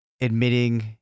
admitting